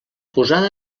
posada